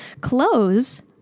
close